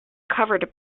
covered